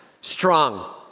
strong